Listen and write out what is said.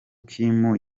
kim